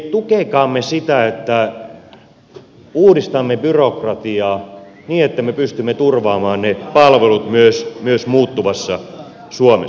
tukekaamme sitä että uudistamme byrokratiaa niin että me pystymme turvaamaan ne palvelut myös muuttuvassa suomessa